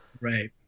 Right